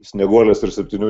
snieguolės ir septynių